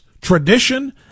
tradition